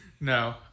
No